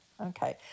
okay